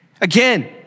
Again